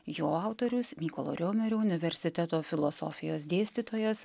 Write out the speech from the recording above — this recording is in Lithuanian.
jo autorius mykolo riomerio universiteto filosofijos dėstytojas